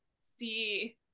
see